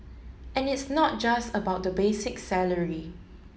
and it's not just about the basic salary